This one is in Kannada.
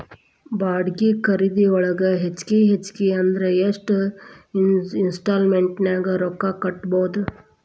ಬಾಡ್ಗಿ ಖರಿದಿಯೊಳಗ ಹೆಚ್ಗಿ ಹೆಚ್ಗಿ ಅಂದ್ರ ಯೆಷ್ಟ್ ಇನ್ಸ್ಟಾಲ್ಮೆನ್ಟ್ ನ್ಯಾಗ್ ರೊಕ್ಕಾ ಕಟ್ಬೊದು?